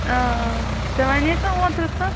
اۭں ژےٚ وَنیٚتھ نہ اوترٕ تہٕ